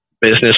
business